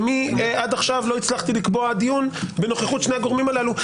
ולמה עד עכשיו לא הצלחתי לקבוע דיון בנוכחות שני הגורמים הללו,